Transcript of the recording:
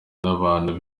n’abantu